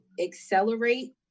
accelerate